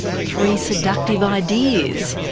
three seductive ideas.